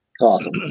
Awesome